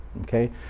Okay